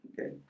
Okay